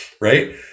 Right